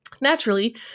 Naturally